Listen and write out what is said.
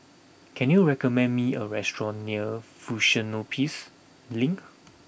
can you recommend me a restaurant near Fusionopolis Link